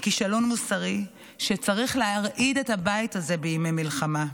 היא כישלון מוסרי שצריך להרעיד את הבית הזה בימי מלחמה.